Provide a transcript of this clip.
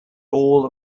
all